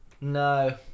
No